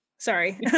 Sorry